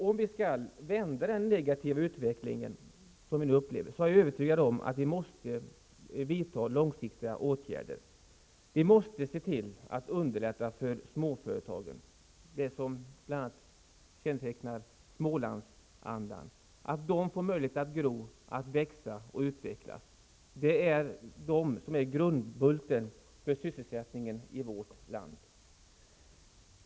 Om vi skall vända den negativa utveckling som vi nu upplever är jag övertygad om att vi måste vidta långsiktiga åtgärder. Vi måste se till att underlätta för småföretagen, vilket bl.a. kännetecknar Smålandsandan. Vi måste se till att småföretagen får möjlighet att gro, att växa och utvecklas. Det är de som är grundbulten för sysselsättningen i vårt land.